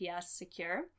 secure